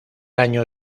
año